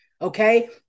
okay